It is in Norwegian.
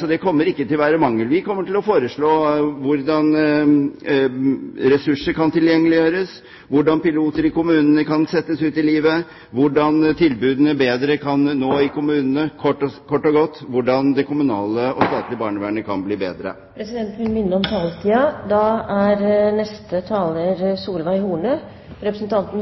Så det kommer ikke til å være mangel på forslag. Vi kommer til å foreslå hvordan ressurser kan tilgjengeliggjøres, hvordan piloter i kommunene kan settes ut i livet, hvordan tilbudene bedre kan nå ut i kommunene – kort og godt hvordan det kommunale og offentlige barnevernet kan bli bedre. Det har vært en god debatt. Statsråden kritiserer opposisjonen for at vi tar